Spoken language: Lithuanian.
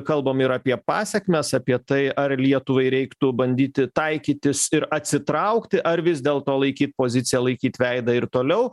kalbam ir apie pasekmes apie tai ar lietuvai reiktų bandyti taikytis ir atsitraukti ar vis dėlto laikyt poziciją laikyt veidą ir toliau